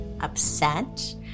upset